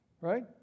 right